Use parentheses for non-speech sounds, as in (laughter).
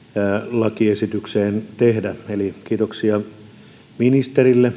lakiesitykseen tehdä eli kiitoksia ministerille (unintelligible)